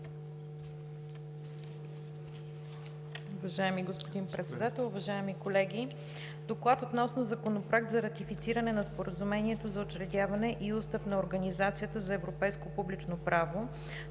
Уважаеми господин Председател, уважаеми колеги! „Д О К Л А Д относно Законопроект за ратифициране на Споразумението за учредяване и Устав на Организацията за европейско публично право,